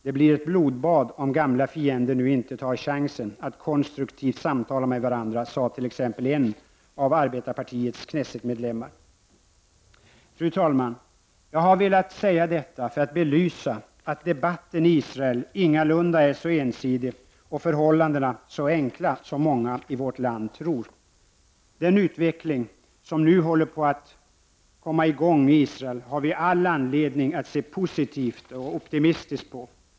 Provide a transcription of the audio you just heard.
Det blir ett blodbad om gamla fiender nu inte tar chansen och konstruktivt samtalar med varandra, sade t.ex. en av arbetarpartiets knessetmedlemmar. Fru talman! Jag har velat säga detta för att belysa att debatten i Israel ingalunda är så ensidig och att sakförhållandena inte är så enkla som många i vårt land tror. Den utveckling som nu håller på att komma i gång i Israel har vi all anledning att se positivt och optimistiskt på.